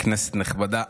כנסת נכבדה,